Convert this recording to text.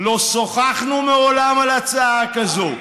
לא שוחחנו מעולם על הצעה כזאת.